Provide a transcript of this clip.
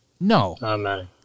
no